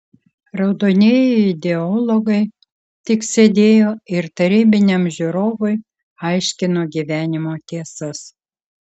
raudonieji ideologai tik sėdėjo ir tarybiniam žiūrovui aiškino gyvenimo tiesas